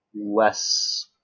less